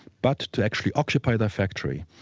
but to actually occupy their factory.